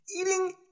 Eating